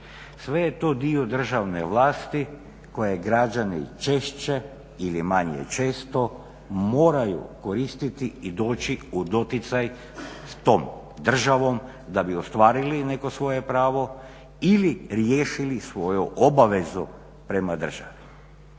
sve je to dio državne vlasti koje građani i češće ili manje često moraju koristiti i doći u doticaj sa tom državom da bi ostvarili neko svoje pravo ili riješili svoju obavezu prema državi.